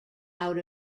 out